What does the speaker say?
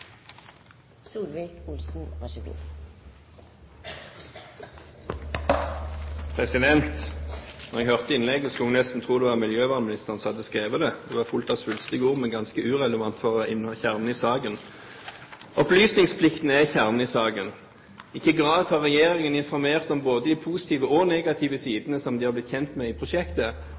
Når en hørte innlegget, skulle en nesten tro det var miljøvernministeren som hadde skrevet det – det var fullt av svulstige ord, men ganske irrelevant for det som er kjernen i saken. Opplysningsplikten er kjernen i saken: I hvilken grad har regjeringen informert om både de positive og negative sidene som de er blitt kjent med i prosjektet,